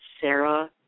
Sarah